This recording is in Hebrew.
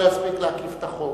לא יספיק להקיף את החוק.